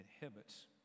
inhibits